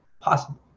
possible